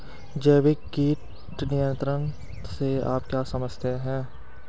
जैविक कीट नियंत्रण से आप क्या समझते हैं?